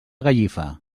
gallifa